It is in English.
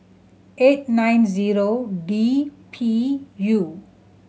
eight nine zero D P U